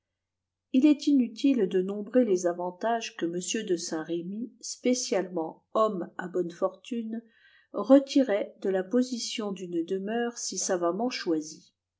il est inutile de nombrer les avantages que m de saint-remy spécialement homme à bonnes fortunes retirait de la position d'une demeure si savamment choisie